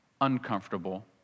uncomfortable